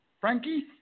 Frankie